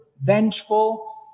vengeful